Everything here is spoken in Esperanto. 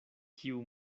kiu